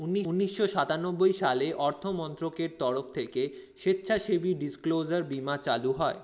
উন্নিশো সাতানব্বই সালে অর্থমন্ত্রকের তরফ থেকে স্বেচ্ছাসেবী ডিসক্লোজার বীমা চালু হয়